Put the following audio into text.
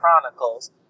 Chronicles